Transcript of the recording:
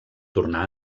tornar